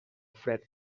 fred